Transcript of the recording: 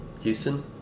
houston